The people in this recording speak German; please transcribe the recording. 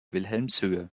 wilhelmshöhe